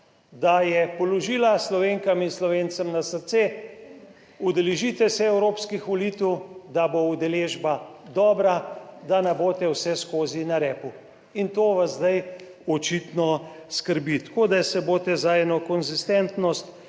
da je položila Slovenkam in Slovencem na srce, udeležite se evropskih volitev, da bo udeležba dobra, da ne boste vseskozi na repu in to vas zdaj očitno skrbi, tako da se boste za eno konsistentnost